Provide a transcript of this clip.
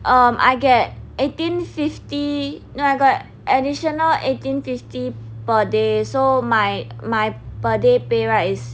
um I get eighteen fifty no I got additional eighteen fifty per day so my my per day pay right is